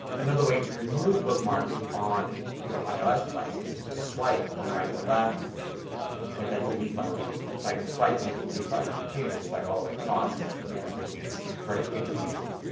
another way to remove bookmarks on your ios device is to swipe from right to left and you get that delete button there. so i can swipe and hit the delete button or continue to to swipe all the way across and it deletes very quickly and easily.